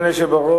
אדוני היושב בראש,